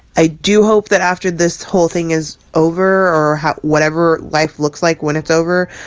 i do hope that after this whole thing is over or whatever life looks like when it's over,